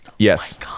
yes